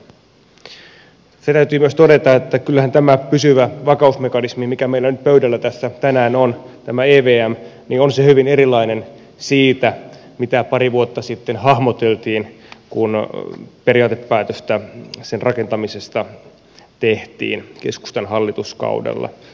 täytyy myös todeta että kyllähän tämä pysyvä vakausmekanismi joka meillä on tänään pöydällä tämä evm on hyvin erilainen kuin se mitä pari vuotta sitten hahmoteltiin kun periaatepäätöstä sen rakentamisesta tehtiin keskustan hallituskaudella